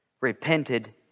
Repented